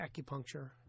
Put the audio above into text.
acupuncture